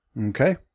Okay